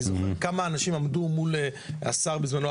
אני זוכר כמה אנשים עמדו מול השר בזמנו,